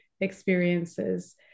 experiences